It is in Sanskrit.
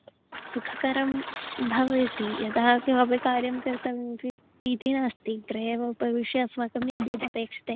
सुखकरं भवति यदा किमपि कार्यं कर्तव्यमपि इति नास्ति अत्रैव उपविश्य अस्माकं यद्यद् अपेक्षते